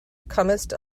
comest